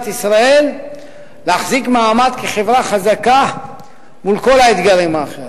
ישראל להחזיק מעמד כחברה חזקה מול כל האתגרים האחרים.